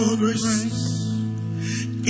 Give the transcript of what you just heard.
grace